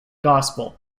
gospel